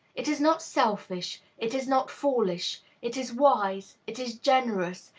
it is not selfish. it is not foolish. it is wise. it is generous.